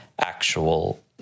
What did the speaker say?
actual